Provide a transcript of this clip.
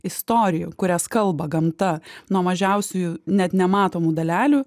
istorijų kurias kalba gamta nuo mažiausiųjų net nematomų dalelių